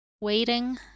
Waiting